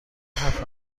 هفت